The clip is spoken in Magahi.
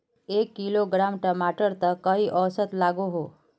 एक किलोग्राम टमाटर त कई औसत लागोहो?